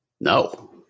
No